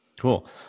Cool